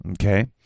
Okay